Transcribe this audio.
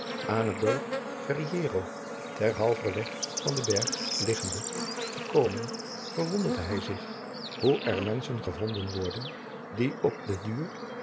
aan het dorpje ferriero ter halver weg van den berg liggende gekomen verwonderde hij zich hoe er menschen gevonden worden die op den duur